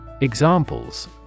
Examples